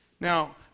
Now